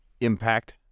impact